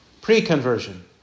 pre-conversion